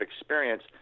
experience